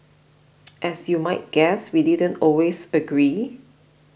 as you might guess we didn't always agree